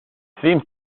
seems